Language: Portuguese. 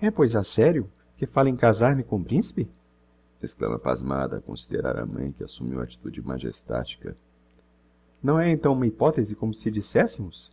é pois a sério que fala em casar-me com o principe exclama pasmada a considerar a mãe que assumiu attitude majestatica não é então uma hypothese como se dissessemos